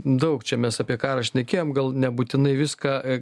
daug čia mes apie karą šnekėjom gal nebūtinai viską